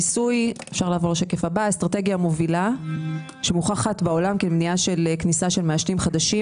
המיסוי הוא אסטרטגיה מובילה שמוכחת בעולם כמניעת כניסה של מעשנים חדשים.